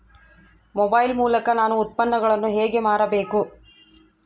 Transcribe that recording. Mobile ಮೂಲಕ ನಾನು ಉತ್ಪನ್ನಗಳನ್ನು ಹೇಗೆ ಮಾರಬೇಕು?